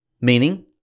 meaning